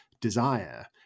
desire